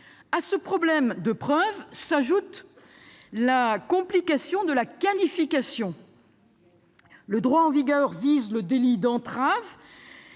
À ce problème de preuve s'ajoute la complexification de la qualification. Le droit en vigueur vise le délit d'entrave,